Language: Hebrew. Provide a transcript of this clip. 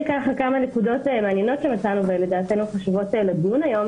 כמה נקודות מעניינות שמצאנו ולדעתנו חשובות לדיון היום.